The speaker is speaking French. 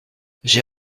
j’ai